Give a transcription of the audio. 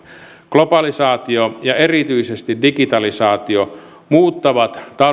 globalisaatio ja erityisesti digitalisaatio muuttavat